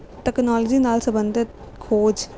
technology ਨਾਲ਼ ਸੰਬੰਧਿਤ ਖੋਜ